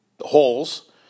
holes